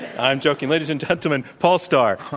i'm joking. ladies and gentlemen, paul starr.